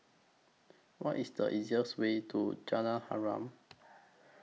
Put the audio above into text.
What IS The easiest Way to Jalan Harum